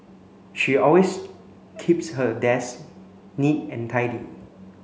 she always keeps her desk neat and tidy